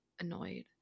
annoyed